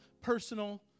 personal